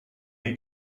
ahí